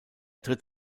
tritt